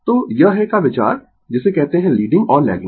तो यह है का विचार जिसे कहते है लीडिंग और लैगिंग